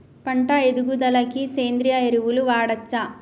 పంట ఎదుగుదలకి సేంద్రీయ ఎరువులు వాడచ్చా?